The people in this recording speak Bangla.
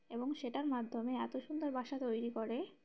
এবং সেটার মাধ্যমে এত সুন্দর বাসা তৈরি করে